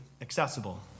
accessible